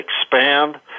expand